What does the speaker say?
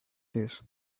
this